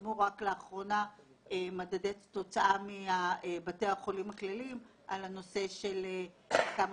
פורסמו רק לאחרונה מדדי תוצאה מבתי החולים הכלליים על הנושא של כמה